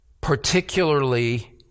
particularly